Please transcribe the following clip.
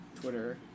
Twitter